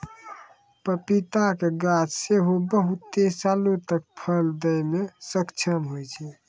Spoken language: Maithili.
पपीता के गाछ सेहो बहुते सालो तक फल दै मे सक्षम होय छै